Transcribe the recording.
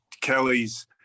Kelly's